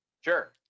Sure